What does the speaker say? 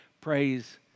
praise